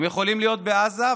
הם יכולים להיות בעזה.